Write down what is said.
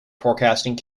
forecasting